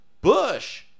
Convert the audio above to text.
Bush